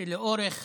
שלאורך